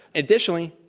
additionally,